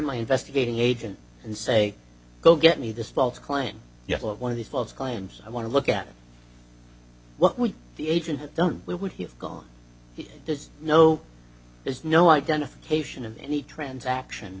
my investigating agent and say go get me this false claim you have one of these false claims i want to look at what would the agent have done would he have gone there's no there's no identification of any transaction